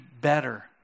better